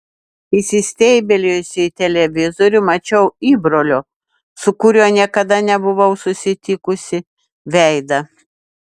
įsistebeilijusi į televizorių mačiau įbrolio su kuriuo niekada nebuvau susitikusi veidą